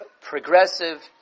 progressive